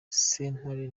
sentare